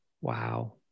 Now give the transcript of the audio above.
Wow